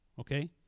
okay